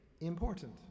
important